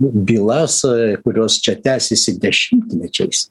bylas kurios čia tęsiasi dešimtmečiais